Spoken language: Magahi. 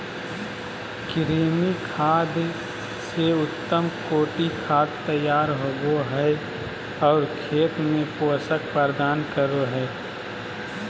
कृमि खाद से उत्तम कोटि खाद तैयार होबो हइ और खेत में पोषक प्रदान करो हइ